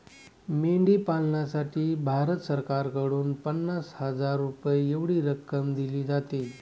मेंढी पालनासाठी भारत सरकारकडून पन्नास हजार रुपये एवढी रक्कम दिली जाते